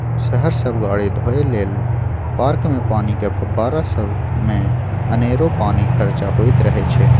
शहर सब गाड़ी धोए लेल, पार्कमे पानिक फब्बारा सबमे अनेरो पानि खरचा होइत रहय छै